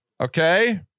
okay